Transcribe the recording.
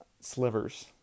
slivers